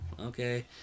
okay